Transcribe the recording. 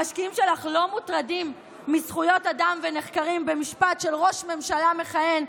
המשקיעים שלך לא מוטרדים מזכויות אדם ונחקרים במשפט של ראש ממשלה מכהן,